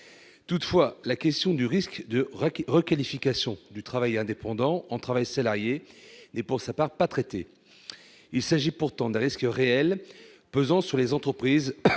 Toutefois, la question du risque de requalification du travail indépendant en travail salarié n'est, pour sa part, pas traitée. Il s'agit pourtant d'un risque réel pesant sur les très